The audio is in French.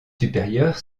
supérieurs